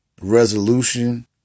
resolution